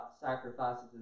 sacrifices